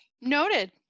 Noted